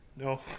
No